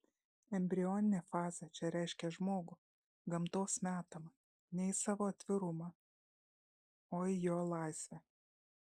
embrioninė fazė čia reiškia žmogų gamtos metamą ne į savo atvirumą o į jo laisvę